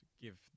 give